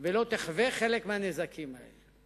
ולא תחווה חלק מהנזקים האלה.